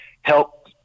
help